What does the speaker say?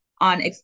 on